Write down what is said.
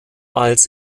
als